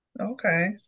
Okay